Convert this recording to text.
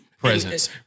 presence